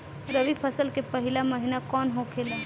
रबी फसल के पहिला महिना कौन होखे ला?